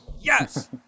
Yes